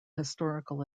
historical